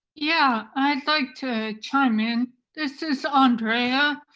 yeah, i'd like to chime in. this is andrea.